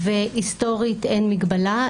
והיסטורית אין מגבלה.